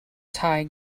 tie